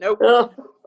Nope